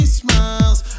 smiles